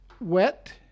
wet